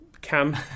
cam